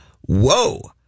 Whoa